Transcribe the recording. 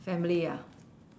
family ah